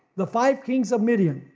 the five kings of midian,